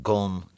Gone